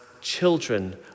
children